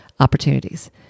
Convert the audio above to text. opportunities